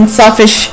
selfish